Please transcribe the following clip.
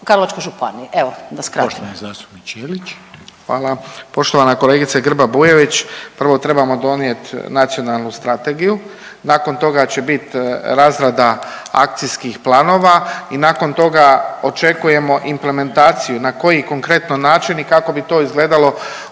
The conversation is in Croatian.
Ivan (HDZ)** Hvala. Poštovana kolegice Grba Bujević, prvo trebamo donijeti nacionalnu strategiju, nakon toga će biti razrada akcijskih planova i nakon toga očekujemo implementaciju na koji konkretno način i kako bi to izgledalo